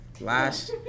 last